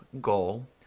goal